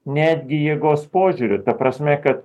netgi jėgos požiūriu ta prasme kad